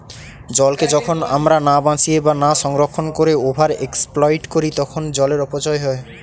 জলকে যখন আমরা না বাঁচিয়ে বা না সংরক্ষণ করে ওভার এক্সপ্লইট করি তখন জলের অপচয় হয়